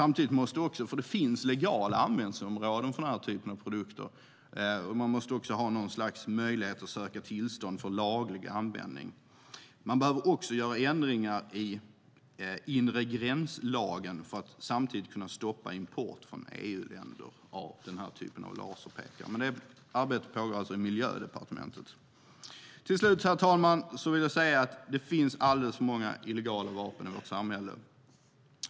Men det finns även legala användningsområden för denna typ av produkter, och det måste finnas något slags möjlighet att söka tillstånd för laglig användning. Man behöver också göra ändringar i inregränslagen för att samtidigt kunna stoppa import från EU-länder av denna typ av laserpekare. Men detta arbete pågår alltså i Miljödepartementet. Herr talman! Till slut vill jag säga att det finns alldeles för många illegala vapen i vårt samhälle.